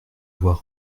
voir